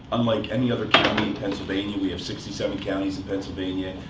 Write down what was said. unlike any other county in pennsylvania. we have sixty seven counties in pennsylvania.